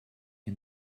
you